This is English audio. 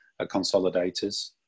consolidators